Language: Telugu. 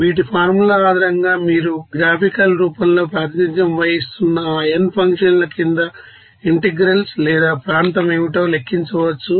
వీటి ఫార్ములా ఆధారంగా మీరు గ్రాఫికల్ రూపంలో ప్రాతినిధ్యం వహిస్తున్న ఆ n ఫంక్షన్ల క్రింద ఇంటెగ్రల్స్ లేదా ప్రాంతం ఏమిటో లెక్కించవచ్చు